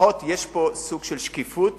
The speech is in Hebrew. לפחות יש פה סוג של שקיפות